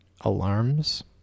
alarms